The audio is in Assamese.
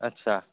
আচ্ছা